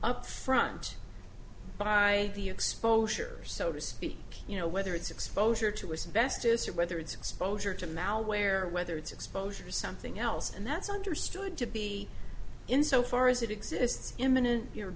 up front by the exposure so to speak you know whether it's exposure to his investors or whether it's exposure to malware whether it's exposure or something else and that's understood to be in so far as it exists imminent you're